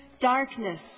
darkness